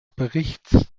berichts